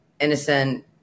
innocent